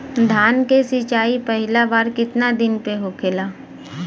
धान के सिचाई पहिला बार कितना दिन पे होखेला?